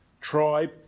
tribe